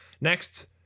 Next